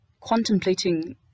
contemplating